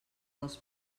dels